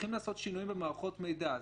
הולכים עשות שינויים במערכות מידע,